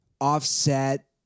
offset